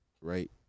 Right